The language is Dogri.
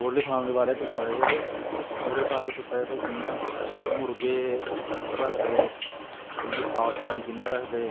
पोल्ट्री फार्म दे बारे च पुच्छा दे हे ओह्दे बारे च पुच्छा दे हे कियां मुर्गे रखदे उंदी साफ सफाई कियां रखदे